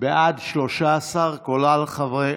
ההצעה להפוך את הצעת חוק למניעת חרם חברתי